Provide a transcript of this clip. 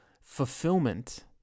fulfillment